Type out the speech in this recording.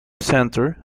center